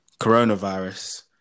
Coronavirus